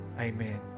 amen